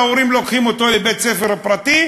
ההורים לוקחים אותו לבית-ספר פרטי,